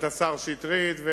נמצא כאן השר שטרית,